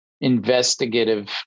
investigative